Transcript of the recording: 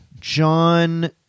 John